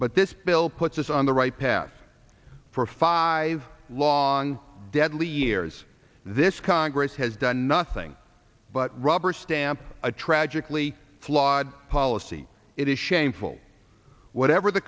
but this bill puts us on the right path for five long deadly years this congress has done nothing but rubber stamp a tragically flawed policy it is shameful whatever the